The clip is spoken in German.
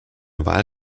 wahl